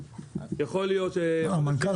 המנכ"ל,